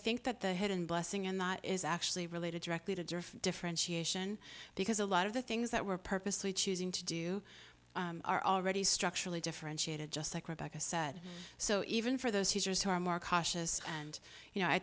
think that the hidden blessing in that is actually related directly to differentiation because a lot of the things that were purposely choosing to do are already structurally differentiated just like rebecca said so even for those who are more cautious and you know i